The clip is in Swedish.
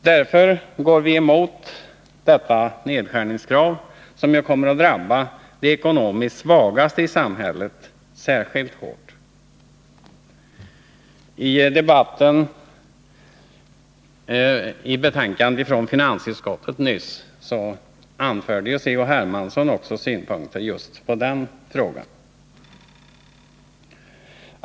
Därför går vi emot detta nedskärningskrav, som ju kommer att drabba de ekonomiskt svagaste i samhället särskilt hårt. I debatten för en stund sedan om finansutskottets betänkande nr 12 framförde C.-H. Hermansson också synpunkter just på den här frågan.